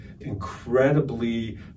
incredibly